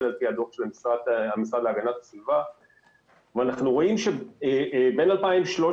על פי הדוח של המשרד להגנת הסביבה ואנחנו רואים שבין 2013